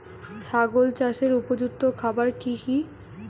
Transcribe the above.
ছাগল চাষের উপযুক্ত খাবার কি কি?